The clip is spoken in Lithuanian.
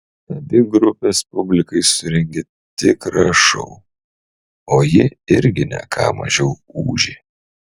abi grupės publikai surengė tikrą šou o ji irgi ne ką mažiau ūžė